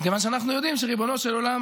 מכיוון שאנחנו יודעים שריבונו של עולם